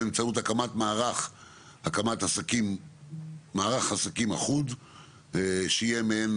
באמצעות הקמת מערך עסקים אחוד שיהיה מעין